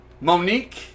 Monique